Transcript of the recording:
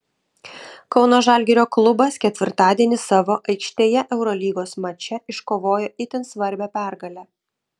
kauno žalgirio klubas ketvirtadienį savo aikštėje eurolygos mače iškovojo itin svarbią pergalę